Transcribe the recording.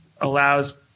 allows